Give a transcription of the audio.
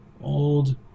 old